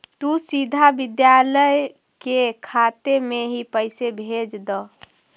तु सीधा विद्यालय के खाते में ही पैसे भेज द